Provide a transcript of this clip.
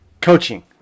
coaching